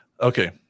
Okay